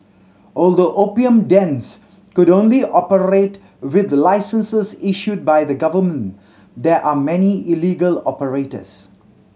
although opium dens could only operate with licenses issued by the government there are many illegal operators